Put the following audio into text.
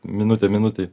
minutę minutei